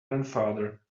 grandfather